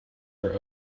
are